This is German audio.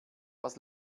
was